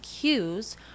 cues